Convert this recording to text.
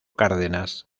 cárdenas